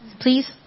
please